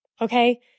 okay